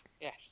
yes